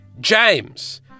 James